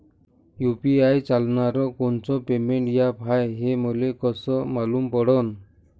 UPI चालणारं कोनचं payment app हाय, हे मले कस मालूम पडन?